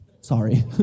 sorry